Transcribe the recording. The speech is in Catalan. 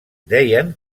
deien